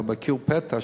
בביקור פתע,